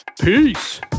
Peace